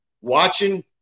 watching